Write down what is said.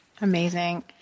Amazing